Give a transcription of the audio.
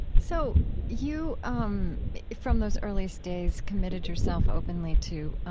so you um from those earliest days committed yourself openly to